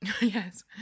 Yes